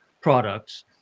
products